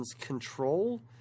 Control